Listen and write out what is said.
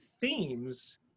themes